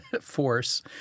force